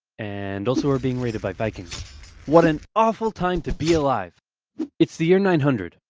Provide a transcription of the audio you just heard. and also we're being raided by vikings what an awful time to be alive it's the year nine hundred.